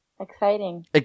Exciting